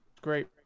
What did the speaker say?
Great